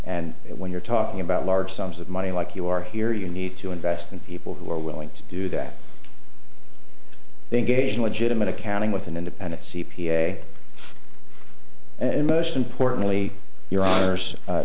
and when you're talking about large sums of money like you are here you need to invest in people who are willing to do that then gauging legitimate accounting with an independent c p a and most importantly your honour's